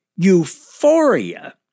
Euphoria